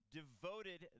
devoted